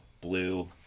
blue